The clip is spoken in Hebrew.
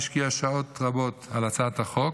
שהשקיעה שעות רבות על הצעת החוק,